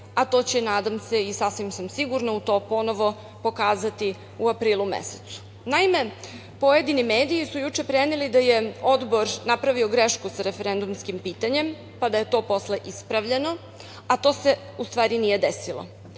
a to će, nadam se, sasvim sam sigurna u to ponovo pokazati u aprilu mesecu. Naime, pojedini mediji su juče preneli da je Odbor napravio grešku sa referendumskim pitanje, pa da je to posle ispravljeno, a to se u stvari nije desilo. Potpuno